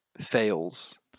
fails